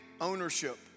ownership